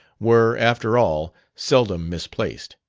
were, after all, seldom misplaced,